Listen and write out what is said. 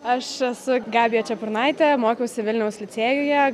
aš esu gabija čepurnaitė mokiausi vilniaus licėjuje